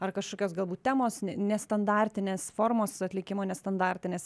ar kažkokios galbūt temos nestandartinės formos atlikimo nestandartinės